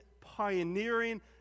pioneering